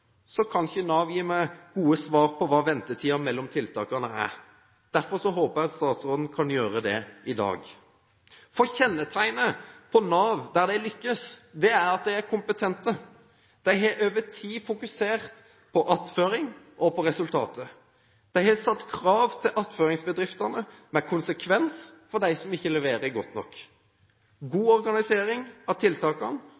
kan ikke Nav gi meg gode svar på hva ventetiden er mellom tiltakene. Derfor håper jeg statsråden kan gjøre det i dag. Kjennetegnet på Nav der de lykkes, er at de er kompetente, at de over tid har fokus på attføring og resultater, at de stiller krav til attføringsbedriftene med konsekvens for dem som ikke leverer godt nok,